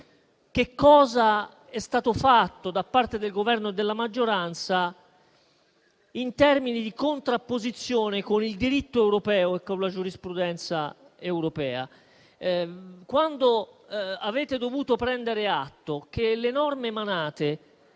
ciò che è stato fatto, da parte del Governo e della maggioranza, in termini di contrapposizione con il diritto europeo e con la giurisprudenza europea. Quando avete dovuto prendere atto che le norme emanate